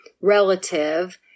relative